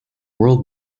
world